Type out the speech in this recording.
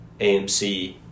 AMC